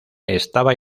estaba